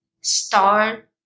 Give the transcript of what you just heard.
start